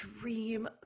dream-